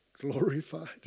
glorified